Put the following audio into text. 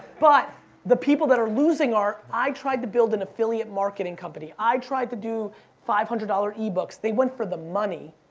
but the people that are losing are, i tried to build an affiliate marketing company. i tried to do five hundred dollars e-books. they went for the money,